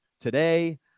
today